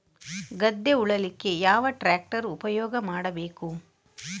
ಗದ್ದೆ ಉಳಲಿಕ್ಕೆ ಯಾವ ಟ್ರ್ಯಾಕ್ಟರ್ ಉಪಯೋಗ ಮಾಡಬೇಕು?